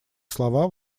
слова